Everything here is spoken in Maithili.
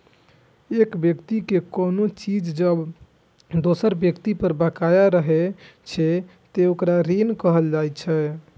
एक व्यक्ति के कोनो चीज जब दोसर व्यक्ति पर बकाया रहै छै, ते ओकरा ऋण कहल जाइ छै